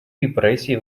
репрессии